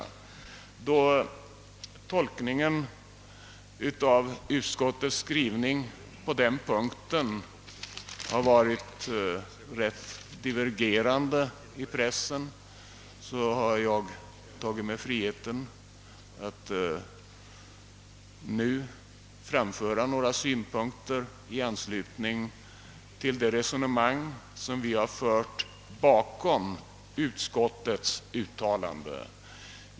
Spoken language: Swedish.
Då i pressen tolkningarna av utskottets skrivning på den punkten har varit ganska divergerande tar jag mig friheten att nu framföra några synpunkter i anslutning till det resonemang som ligger bakom utskottets uttalande.